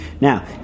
Now